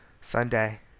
Sunday